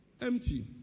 empty